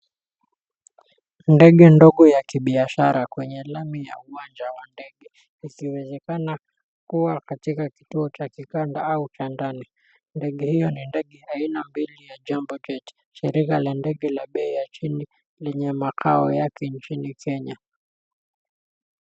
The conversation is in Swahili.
Ndege ndogo ya kibiashara kwenye lami ya uwanja wa ndege likiwezekana kuwa katika kituo cha kikanda au cha ndani. Ndege hiyo ni ndege aina mbili ya Jambo Jet shirika la ndege la bei ya chini lenye makao yake nchini Kenya.